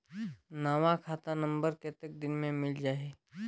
नवा खाता नंबर कतेक दिन मे मिल जाही?